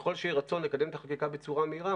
ככל שיהיה רצון לקדם את החקיקה בצורה מהירה,